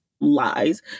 lies